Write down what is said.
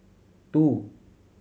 two